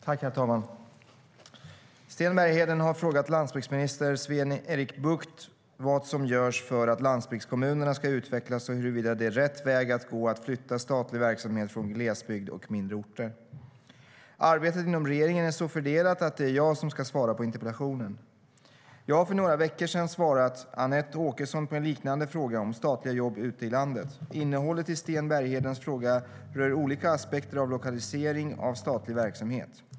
Herr talman! Sten Bergheden har frågat landsbygdsminister Sven-Erik Bucht vad som görs för att landsbygdskommunerna ska utvecklas och huruvida det är rätt väg att gå att flytta statlig verksamhet från glesbygd och mindre orter. Arbetet inom regeringen är så fördelat att det är jag som ska svara på interpellationen. Jag svarade för några veckor sedan Anette Åkesson på en liknande fråga om statliga jobb ute i landet. Innehållet i Sten Berghedens fråga rör olika aspekter av lokalisering av statlig verksamhet.